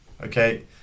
Okay